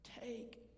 take